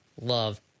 love